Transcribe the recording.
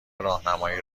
راهنمایی